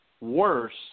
worse